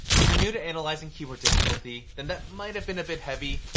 if you're new to analyzing keyword difficulty, then that might have been a bit heavy.